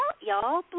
y'all